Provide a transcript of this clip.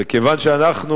וכיוון שאנחנו